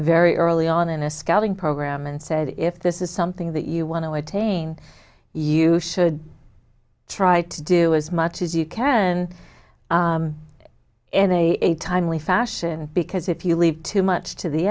very early on in a scouting program and said if this is something that you want to attain you should try to do as much as you can in a timely fashion because if you leave too much to the